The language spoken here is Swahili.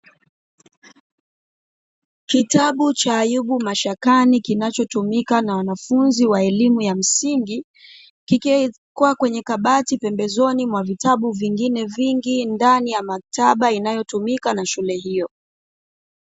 Kitabu cha "Ayubu Mashakani", kinachotumika na wanafunzi wa elimu ya msingi kikiwekwa kwenye kabati pembezoni mwa vitabu vingine vingi ndani ya maktaba inayotumika na shule hiyo.